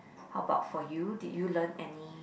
how about for you did you learn any